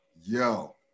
yo